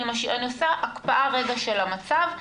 אני עושה הקפאה רגע של המצב.